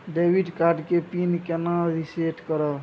Debit card के PIN केना reset करब?